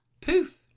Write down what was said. Poof